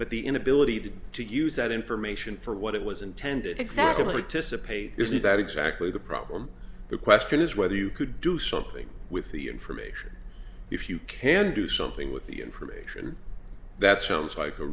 but the inability to to use that information for what it was intended examiner to supply isn't that exactly the problem the question is whether you could do something with the information if you can do something with the information that sounds like a